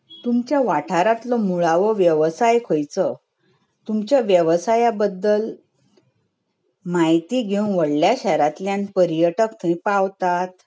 तुमच्या वाठारांतलो मुळावो वेवसाय खंयचो तुमच्या वेवसाया बद्दल म्हायती घेवंक व्हडल्या शारांतल्यान पर्यटक थंय पावतात